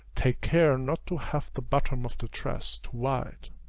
take care not to have the bottom of the dress too wide.